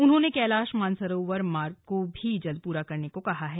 उन्होंने कैलाश मानसरोवर मार्ग को भी जल्द पूरा करने को कहा है